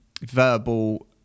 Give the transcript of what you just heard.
verbal